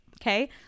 Okay